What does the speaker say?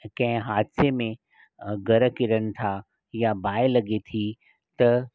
कंहिं हादसे में घर किरनि था या बाहि लॻे थी त